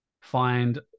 find